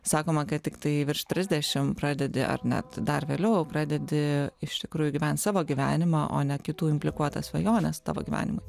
sakoma kad tiktai virš trisdešim pradedi ar net dar vėliau pradedi iš tikrųjų gyvent savo gyvenimą o ne kitų implikuotas svajones tavo gyvenimui